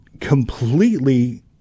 completely